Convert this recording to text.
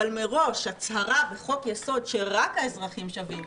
אבל מראש הצהרה בחוק יסוד שרק האזרחים שווים,